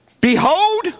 behold